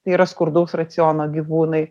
tai yra skurdaus raciono gyvūnai